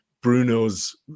Bruno's